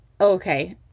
okay